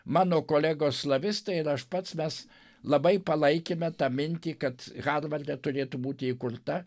mano kolegos slavistai ir aš pats mes labai palaikėme tą mintį kad harvarde turėtų būti įkurta